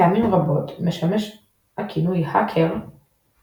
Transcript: פעמים רבות משמש הכינוי "קראקרים"